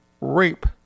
rape